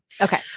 Okay